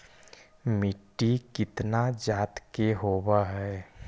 मिट्टी कितना जात के होब हय?